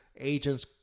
agents